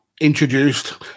introduced